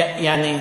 יעני,